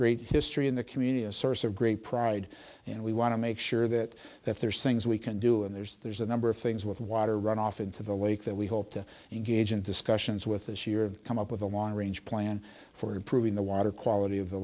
great history in the community a source of great pride and we want to make sure that that there's things we can do and there's there's a number of things with water runoff into the lake that we hope to engage in discussions with this year come up with a long range plan for improving the water quality of the